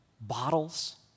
bottles